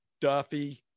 Duffy